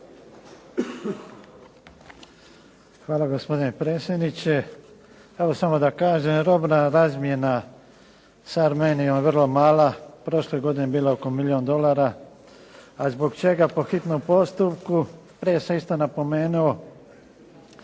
Hvala gospodine predsjedniče. Evo samo da kažem, robna razmjena sa Armenijom je vrlo mala. Prošle godine bila je oko milijun dolara. A zbog čega po hitnom postupku? Prije sam isto napomenuo,